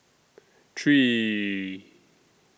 three